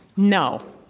no.